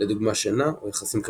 לדוגמה שינה או יחסים חברתיים.